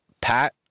Pat